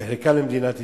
וחלקם, למדינת ישראל.